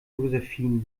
josephine